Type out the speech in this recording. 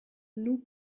nous